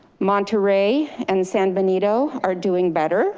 monterey and san benito are doing better